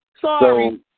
Sorry